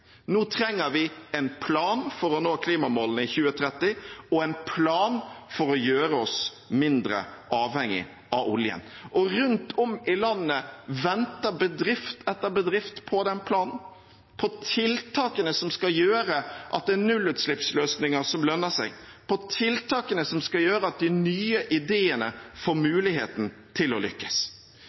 Nå trenger vi en plan for å nå klimamålene i 2030 og en plan for å gjøre oss mindre avhengige av oljen. Rundt om i landet venter bedrift etter bedrift på den planen og på tiltakene som skal gjøre at det er nullutslippsløsninger som lønner seg, på tiltakene som skal gjøre at de nye ideene får muligheten til å lykkes.